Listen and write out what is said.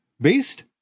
based